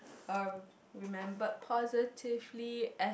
uh remembered positively as